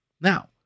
Now